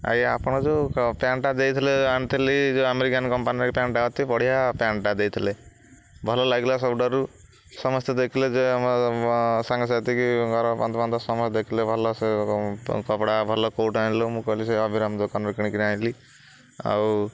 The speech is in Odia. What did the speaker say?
ଆଜ୍ଞା ଆପଣ ଯେଉଁ ପ୍ୟାଣ୍ଟଟା ଦେଇଥିଲେ ଆଣିଥିଲି ଯେଉଁ ଆମେରିକାନ କମ୍ପାନୀର ପ୍ୟାଣ୍ଟଟା ଅତି ବଢ଼ିଆ ପ୍ୟାଣ୍ଟଟା ଦେଇଥିଲେ ଭଲ ଲାଗିଲା ସବୁଠାରୁ ସମସ୍ତେ ଦେଖିଲେ ଯେ ଆମ ସାଙ୍ଗସାଥି ଘର ବନ୍ଧୁବାନ୍ଧବ ସମସ୍ତେ ଦେଖିଲେ ଭଲ ସେ କପଡ଼ା ଭଲ କେଉଁଠୁ ଆଣିଲୁ ମୁଁ କହିଲି ସେ ଅଭିିରାମ ଦୋକାନରୁ କିଣିକିରି ଆଣିଲି ଆଉ